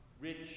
rich